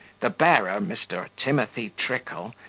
the bearer, mr. timothy trickle,